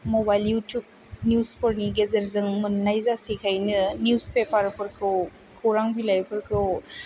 mobile YouTube न्युजफोरनि गेजेरजों मोन्नाइ जासैखायनो न्युज पेपारफोरखौ खौरां बिलाइफोरखौ